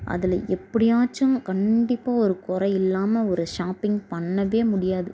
அதில் எப்படியாச்சும் கண்டிப்பாக ஒரு குறை இல்லாமல் ஒரு ஷாப்பிங் பண்ணவே முடியாது